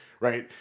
right